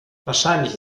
wahrscheinlich